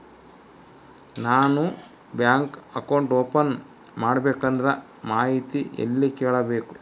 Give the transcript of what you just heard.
ನಾನು bank account open ಮಾಡಬೇಕಂದ್ರ ಮಾಹಿತಿ ಎಲ್ಲಿ ಕೇಳಬೇಕು?